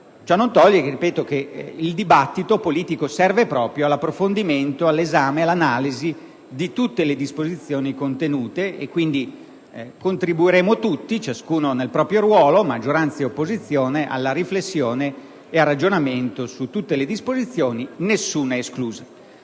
il dibattito politico serve proprio all'approfondimento, all'esame, all'analisi di tutte le disposizioni contenute e quindi contribuiremo tutti, ciascuno nel proprio ruolo, maggioranza ed opposizione, alla riflessione e al ragionamento su tutte le disposizioni, nessuna esclusa.